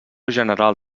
general